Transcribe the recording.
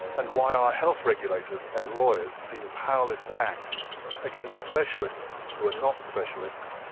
and why our health regulators and lawyers seem powerless to act against specialists who are not specialists,